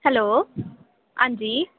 hello हांजी